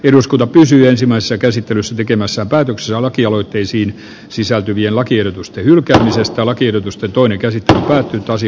eduskunta pääsi ensimmäisessä käsittelyssä tekemässä päätöksiä lakialoitteisiin sisältyviä lakiehdotusten hylkäämisestä lakiehdotusten toini käsittää otettaisi